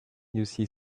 use